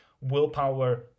willpower